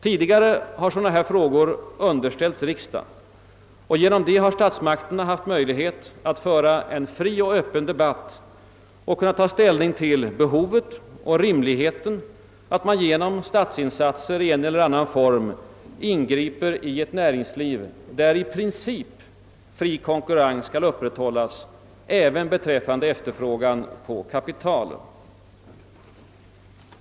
Tidigare har sådana frågor underställts riksdagen, och därigenom har statsmakterna haft möjlighet att i en fri och öppen debatt ta ställning till behovet och rimligheten av att genom statsinsatser i en eller annan form ingripa i ett näringsliv, där i princip fri konkurrens skall upprätthållas även beträffande efterfrågan på kapital.